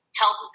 help